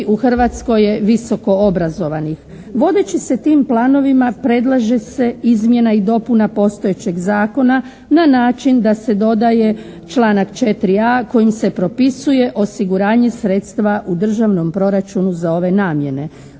u Hrvatskoj je visoko obrazovanih. Vodeći se tim planovima predlaže se izmjena i dopuna postojećeg zakona na način da se dodaje članak 4.a kojim se propisuje osiguranje sredstva u državnom proračunu za ove namjene.